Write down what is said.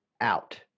out